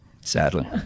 Sadly